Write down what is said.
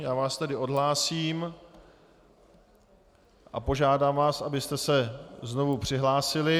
Já vás tedy odhlásím a požádám vás, abyste se znovu přihlásili.